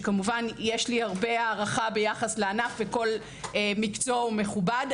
וכמובן יש לי הרבה הערכה ביחס לענף וכל מקצוע הוא מכובד,